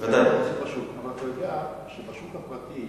את כוחות השוק, אבל אתה יודע שבשוק הפרטי,